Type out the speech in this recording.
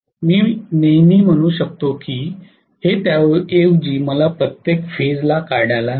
मी नेहमी म्हणू शकतो की हे त्याऐवजी मला प्रत्येक फेजला काढायला हवे